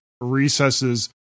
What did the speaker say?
recesses